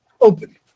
open